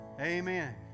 Amen